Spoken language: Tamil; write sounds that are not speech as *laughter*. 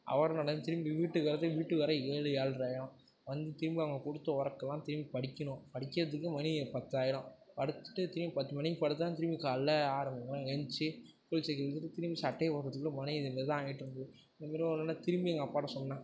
அவர் நடந்து திரும்பி வீட்டுக்கு வரத்துக்கு வீட்டுக்கு வர ஏழு ஏழ்ரை ஆகும் வந்து திரும்பி அவங்க கொடுத்த ஒர்க்கெலாம் திரும்பி படிக்கணும் படிக்கறதுக்கு மணி பத்தாகிடும் படுத்துவிட்டு திரும்பி பத்து மணிக்கு படுத்தோன்னால் திரும்பி காலையில் ஆறு மணிக்கெலாம் ஏந்ச்சு குளிச்சு கிளிச்சுட்டு திரும்பி சட்டையை போடுறதுக்குள்ள மணி இதே மாதிரிதான் ஆகிட்ருந்துது *unintelligible* திரும்பி எங்கள் அப்பாகிட்ட சொன்னேன்